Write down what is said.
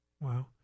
Wow